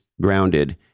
Grounded